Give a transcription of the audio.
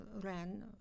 ran